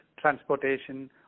transportation